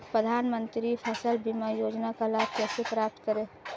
प्रधानमंत्री फसल बीमा योजना का लाभ कैसे प्राप्त करें?